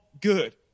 good